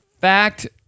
fact